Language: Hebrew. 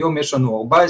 היום יש לנו 14,